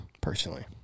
Personally